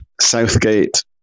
Southgate